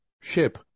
ship